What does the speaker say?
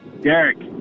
Derek